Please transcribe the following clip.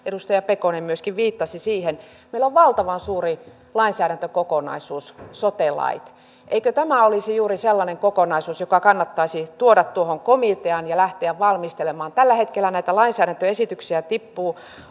edustaja pekonen myöskin viittasi siihen meillä on valtavan suuri lainsäädäntökokonaisuus sote lait eikö tämä olisi juuri sellainen kokonaisuus joka kannattaisi tuoda tuohon komiteaan ja lähteä valmistelemaan tällä hetkellä näitä lainsäädäntöesityksiä tippuu